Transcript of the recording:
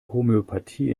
homöopathie